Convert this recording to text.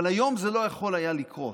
אבל היום זה לא יכול היה לקרות.